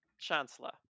Chancellor